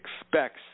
expects